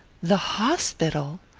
the hospital?